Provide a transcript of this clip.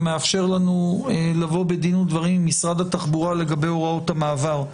מאפשר לנו לבוא בדין ודברים עם משרד התחבורה לגבי הוראות המעבר.